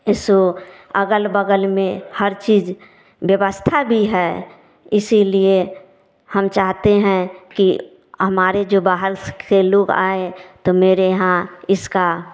ऐसों अगल बगल में हर चीज व्यवस्था भी है इसीलिए हम चाहते हैं कि हमारे जो बाहर से लोग आए तो मेरे यहाँ इसका